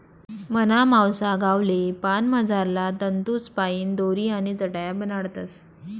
मना मावसा गावले पान मझारला तंतूसपाईन दोरी आणि चटाया बनाडतस